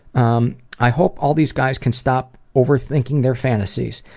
um i hope all these guys can stop overthinking their fantasies.